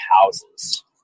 houses